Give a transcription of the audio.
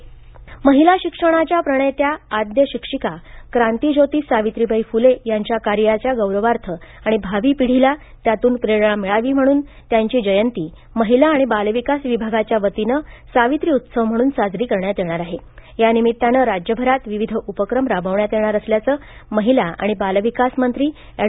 सावित्रीबाई महिला शिक्षणाच्या प्रणेत्या आद्यशिक्षिका क्रांतिज्योती सावित्रीबाई फुले यांच्या कार्याच्या गौरवार्थ आणि भावी पिढीला त्यातून प्रेरणा मिळावी म्हणून त्यांची जयंती महिला आणि बालविकास विभागाच्या वतीनं सावित्री उत्सव म्हणून साजरी करण्यात येणार आहे या निमित्तानं राज्यभरात विविध उपक्रम राबवण्यात येणार असल्याचं महिला आणि बालविकास मंत्री एड